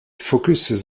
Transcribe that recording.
focuses